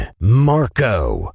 Marco